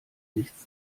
nichts